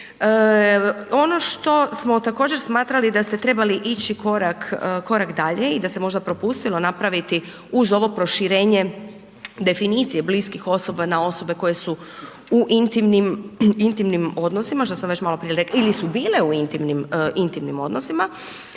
Ono što smo također smatrali da ste trebali ići korak dalje i da ste možda propustilo napraviti uz ovo proširenje definicija bliskih osoba na osobe koje su u intimnim odnosima što sam već maloprije rekla ili su bile u intimnim odnosima